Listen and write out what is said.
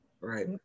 right